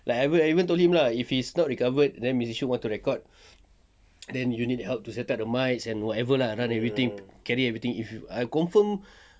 I even I even told him lah if he's not recovered then missy shoot want to record then you need help to set up the mic and whatever lah run everything if ah confirm